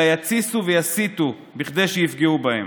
אלא יתסיסו ויסיתו כדי שיפגעו בהם.